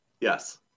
Yes